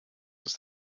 ist